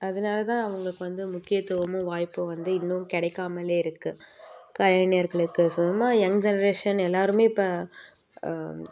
அதனால தான் அவங்களுக்கு வந்து முக்கியத்துவமும் வாய்ப்பும் வந்து இன்னும் கிடைக்காமலே இருக்குது கலைஞர்களுக்கு சும்மா எங் ஜென்ரேஷன் எல்லோருமே இப்போ